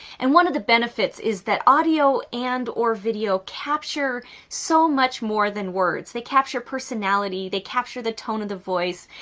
and one of the benefits is that audio and or video capture so much more than words. they capture personality, they capture the tone of the voice,